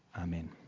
Amen